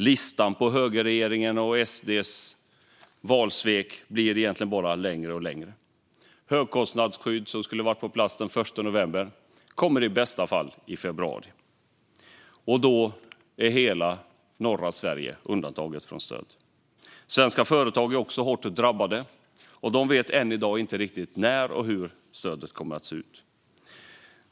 Listan på högerregeringens och SD:s valsvek blir bara längre och längre. Det högkostnadsskydd som skulle ha varit på plats den 1 november kommer i bästa fall i februari. Då är hela norra Sverige undantaget från stöd. Svenska företag är också hårt drabbade och vet än i dag inte riktigt när stödet kommer och hur det kommer att se ut.